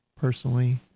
personally